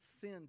sin